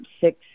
six